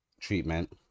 treatment